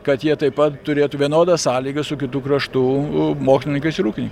kad jie taip pat turėtų vienodas sąlygas su kitų kraštų mokslininkais ir ūkininkais